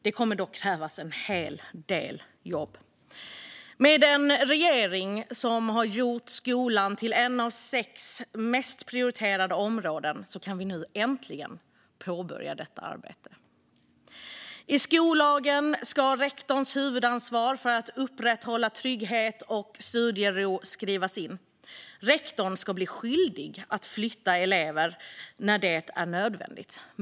Det kommer dock att krävas en hel del jobb, men med en regering som har gjort skolan till ett av de sex mest prioriterade områdena kan vi nu äntligen påbörja detta arbete. I skollagen ska rektorns huvudansvar för att upprätthålla trygghet och studiero skrivas in. Rektorn ska bli skyldig att flytta elever när det är nödvändigt.